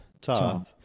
Toth